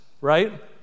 right